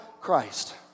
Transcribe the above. Christ